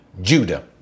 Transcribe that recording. Judah